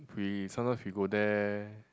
we sometimes we go there